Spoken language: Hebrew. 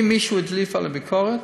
אם מישהו הדליף על הביקורת,